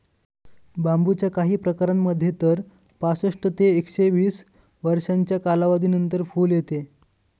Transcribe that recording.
बांबूच्या काही प्रकारांमध्ये तर पासष्ट ते एकशे वीस वर्षांच्या कालावधीनंतर फुल येते